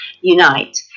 unite